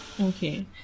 Okay